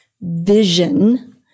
vision